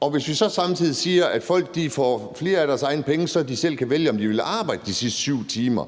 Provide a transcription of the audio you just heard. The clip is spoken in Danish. Og hvis vi så samtidig siger, at folk får flere af deres egne penge, så kan de selv vælge, om de vil arbejde de sidste 7 timer.